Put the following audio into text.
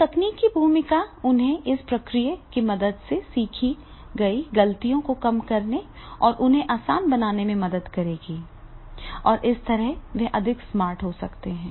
तो तकनीक की भूमिका उन्हें इस प्रक्रिया की मदद से सीखी गई गलतियों को कम करने और उन्हें आसान बनाने में मदद करेगी और इसी तरह वे अधिक स्मार्ट हो सकते हैं